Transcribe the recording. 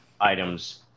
items